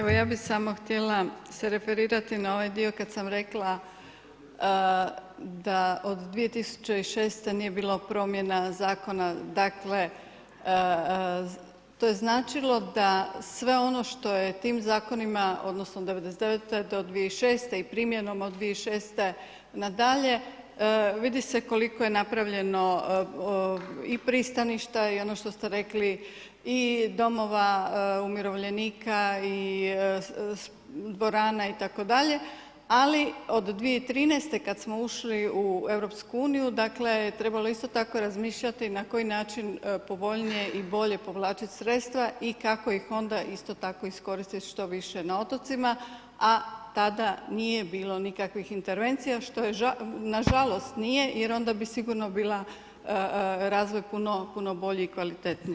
Evo ja bih samo htjela se referirati na ovaj dio kad sam rekla da od 2006. nije bilo promjena zakona, dakle to je značilo da sve ono što je tim zakonima, odnosno 99. do 2006. i primjenom od 2006. nadalje vidi se koliko je napravljeno i pristaništa i ono što ste rekli i domova umirovljenika i dvorana itd., ali od 2013. kad smo ušli u EU, dakle trebalo je isto tako razmišljati na koji način povoljnije i bolje povlačit sredstva i kako ih onda isto tako iskoristit što više na otocima, a tada nije bilo nikakvih intervencija što je nažalost nije jer onda bi sigurno bila razvoj puno bolji i kvalitetniji.